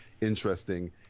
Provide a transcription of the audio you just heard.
interesting